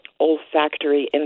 olfactory